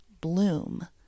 bloom